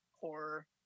horror